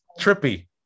trippy